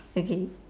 okay